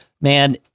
Man